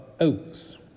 oats